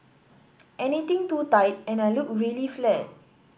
anything too tight and I look really flat